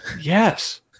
Yes